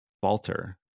falter